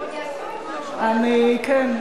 כן.